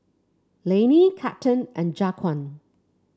Lainey Captain and Jaquan